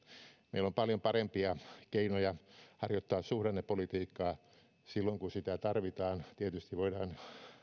meillä on paljon parempia keinoja harjoittaa suhdannepolitiikkaa silloin kun sitä tarvitaan tietysti voidaan